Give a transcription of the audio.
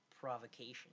provocation